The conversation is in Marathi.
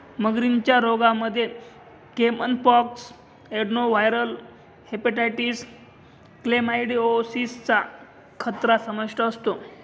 मगरींच्या रोगांमध्ये caiman pox, adenoviral hepatitis, chlamydiosis चा खतरा समाविष्ट असतो